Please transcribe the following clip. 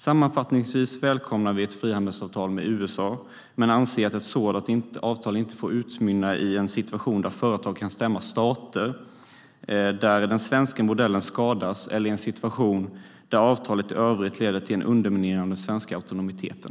Sammanfattningsvis välkomnar vi ett frihandelsavtal med USA men anser att ett sådant avtal inte får utmynna i en situation där företag kan stämma stater eller där den svenska modellen skadas. Det får inte heller utmynna i en situation där avtalet i övrigt leder till en underminering av den svenska autonomiteten.